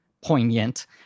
poignant